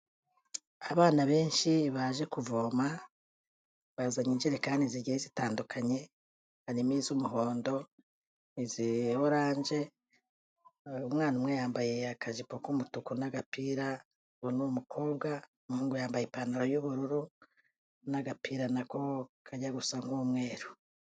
Abana benshi baje kuvoma bazanye injerekani zigiye zitandukanye, harimo iz'umuhondo ntiza oranje, umwana umwe yambaye akajipo k'umutuku n'agapira uwo n'umukobwa, umuhungu yambaye ipantaro y'ubururu n'agapira ko kajya gu gusa n'umweru.